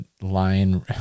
line